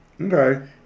Okay